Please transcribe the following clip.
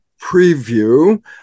preview